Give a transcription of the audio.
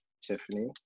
Tiffany